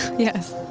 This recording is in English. yes.